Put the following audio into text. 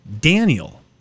Daniel